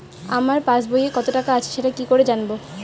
আমার পাসবইয়ে কত টাকা আছে সেটা কি করে জানবো?